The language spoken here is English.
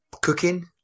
cooking